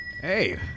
hey